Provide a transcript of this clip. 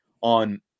on